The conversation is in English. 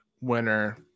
winner